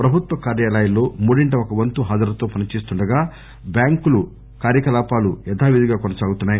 ప్రభుత్వ కార్యాల్లో మూడింట ఒక వంతు హాజరుతో పనిచేస్తుండగా బ్యాంకుల కార్యకలాపాలు యదావిధిగా కొనసాగుతున్నాయి